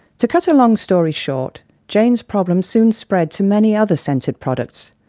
to cut a long story short, jane's problem soon spread to many other scented products.